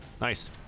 Nice